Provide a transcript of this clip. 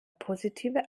positive